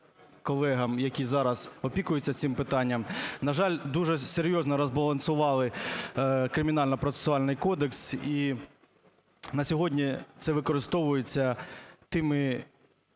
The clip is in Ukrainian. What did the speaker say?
колегам, які зараз опікуються цим питанням. На жаль, дуже серйозно розбалансували Кримінально-процесуальний кодекс, і на сьогодні це використовується тими